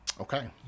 Okay